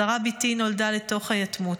שרה בתי נולדה לתוך היתמות.